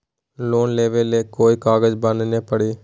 Loan लेबे ले कोई कागज बनाने परी?